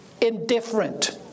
indifferent